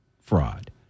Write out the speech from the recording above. fraud